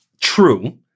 true